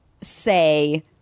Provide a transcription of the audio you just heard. say